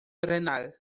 renal